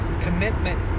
commitment